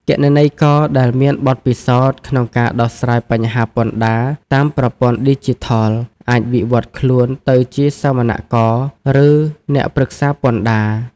គណនេយ្យករដែលមានបទពិសោធន៍ក្នុងការដោះស្រាយបញ្ហាពន្ធដារតាមប្រព័ន្ធឌីជីថល អាចវិវត្តខ្លួនទៅជាសវនករ ឬអ្នកប្រឹក្សាពន្ធដារ។